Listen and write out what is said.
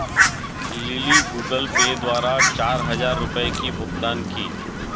lily Google Pay द्वारा चार हजार रुपए की भुगतान की